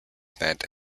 event